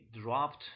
dropped